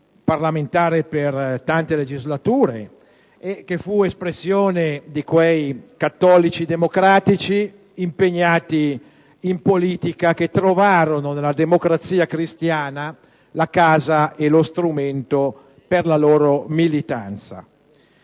parlamentare per tante legislature, espressione di quei cattolici democratici impegnati in politica che trovarono nella Democrazia Cristiana la casa e lo strumento per la loro militanza.